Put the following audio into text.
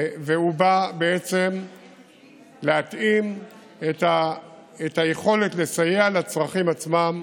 והוא בא בעצם להתאים את היכולת לסייע לצרכים עצמם.